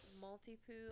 multi-poo